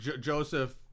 Joseph